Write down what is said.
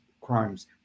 crimes